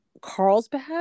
Carlsbad